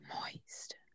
moist